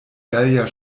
gallier